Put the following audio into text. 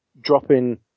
dropping